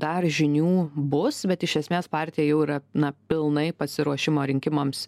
dar žinių bus bet iš esmės partija jau yra na pilnai pasiruošimo rinkimams